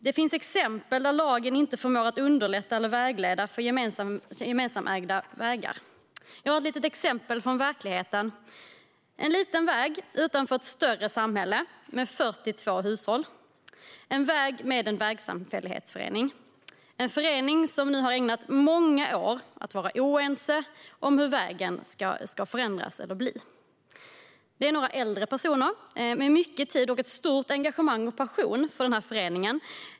Det finns exempel på när lagen inte förmår att underlätta eller vägleda för gemensamägda vägar. Jag har ett exempel från verkligheten. Det gäller en liten väg utanför ett större samhälle och en vägsamfällighetsförening med 42 hushåll. Föreningen har nu i många år ägnat sig åt att vara oense om hur vägen ska förändras. Det rör sig om några äldre personer med gott om tid och med ett stort engagemang och en passion för föreningen.